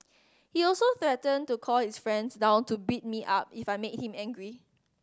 he also threatened to call his friends down to beat me up if I made him angry